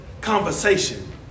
conversation